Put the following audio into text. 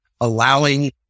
allowing